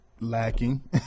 lacking